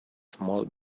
small